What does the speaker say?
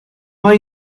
hay